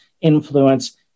influence